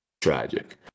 tragic